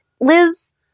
Liz